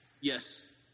yes